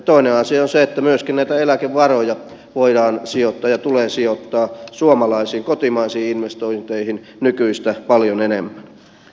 toinen asia on se että myöskin näitä eläkevaroja voidaan sijoittaa ja tulee sijoittaa suomalaisiin kotimaisiin investointeihin nykyistä paljon enemmän